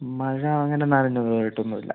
മഴ അങ്ങനെ നനഞ്ഞതായിട്ടൊന്നുമില്ല